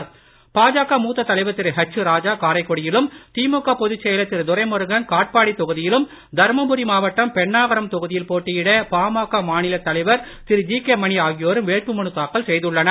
பாஜக மூத்த தலைவர் திரு எச் ராஜா காரைக்குடியிலும் திமுக பொதுச் செயலர் திரு துரைமுருகன் காட்பாடி தொகுதியிலும் தர்மபுரி மாவட்டம் பெண்ணாகரம் தொகுதியில் போட்டியிட பாமக மாநிலத் தலைவர் திரு ஜிகே மணி ஆகியோர் வேட்புமனு தாக்கல் செய்துள்ளனர்